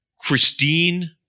Christine